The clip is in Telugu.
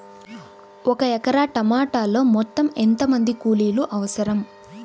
ఒక ఎకరా టమాటలో మొత్తం ఎంత మంది కూలీలు అవసరం?